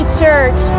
church